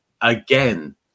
again